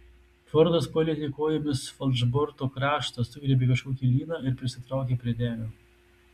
fordas palietė kojomis falšborto kraštą sugriebė kažkokį lyną ir prisitraukė prie denio